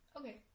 Okay